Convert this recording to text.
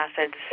acids